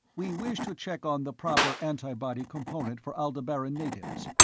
we wish to check on the proper antibody component for aldebaran natives.